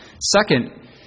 Second